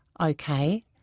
Okay